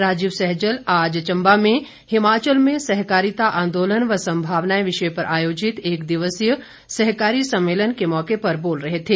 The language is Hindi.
राजीव सैजल आज चंबा में हिमाचल में सहकारिता आंदोलन व संभावनाएं विषय पर आयोजित एक दिवसीय सहकारी सम्मेलन के मौके पर बोल रहे थे